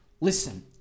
listen